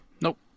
Nope